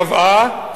קבעה,